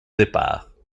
départ